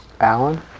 Alan